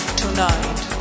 tonight